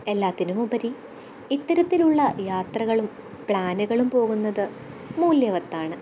എല്ലാത്തിനുമുപരി ഇത്തരത്തിലുള്ള യാത്രകളും പ്ലാനുകളും പോകുന്നത് മൂല്യവത്താണ്